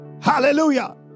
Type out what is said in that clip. Hallelujah